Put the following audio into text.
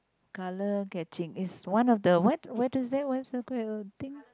color catching is one of the what what is that what's the thing